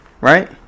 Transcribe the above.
right